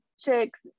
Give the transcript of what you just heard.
chicks